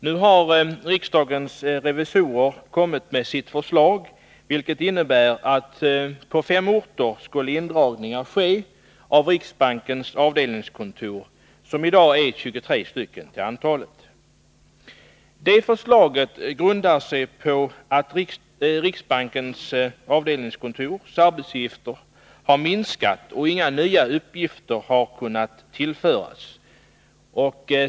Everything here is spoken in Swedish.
Nu har riksdagens revisorer kommit med sitt förslag, vilket går ut på att det på fem orter skulle bli indragning av riksbankens avdelningskontor, som i dag uppgår till 23 stycken. Detta förslag grundar sig på att arbetsuppgifterna för riksbankens avdelningskontor har minskat utan att några nya uppgifter har kunnat tillkomma.